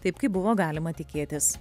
taip kaip buvo galima tikėtis